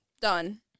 Done